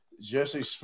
Jesse